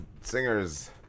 singers